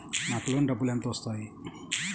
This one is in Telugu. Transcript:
నాకు లోన్ డబ్బులు ఎంత వస్తాయి?